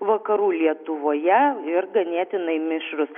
vakarų lietuvoje ir ganėtinai mišrūs